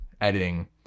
editing